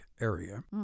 area